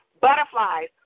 butterflies